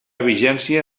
vigència